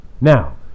Now